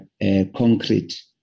concrete